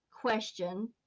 question